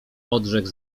odrzekł